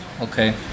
Okay